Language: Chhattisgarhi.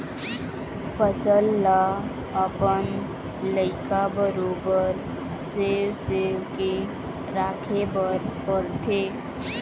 फसल ल अपन लइका बरोबर सेव सेव के राखे बर परथे